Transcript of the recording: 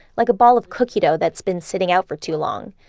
like a ball of cookie dough that's been sitting out for too long.